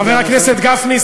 חבר הכנסת גפני,